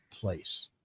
place